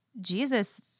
Jesus